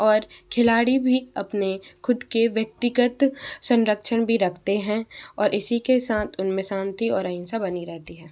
और खिलाड़ी भी अपने खुद के व्यक्तिगत संरक्षण भी रखते हैं और इसी के साथ उन में शांति और अहिंसा बनी रहती है